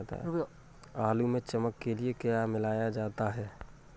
आलू में चमक के लिए क्या मिलाया जाता है?